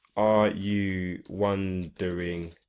are you wondering